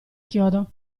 chiodo